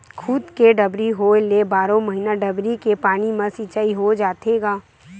खुद के डबरी होए ले बारो महिना डबरी के पानी म सिचई हो जाथे गा